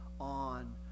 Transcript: on